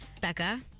Becca